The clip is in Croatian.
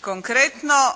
Konkretno